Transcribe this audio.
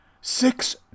six